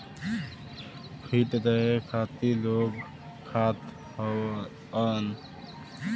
feet रहे खातिर लोग खात हउअन